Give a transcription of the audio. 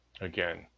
Again